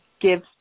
gives